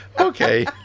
Okay